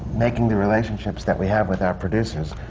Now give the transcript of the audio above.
making the relationships that we have with our producers,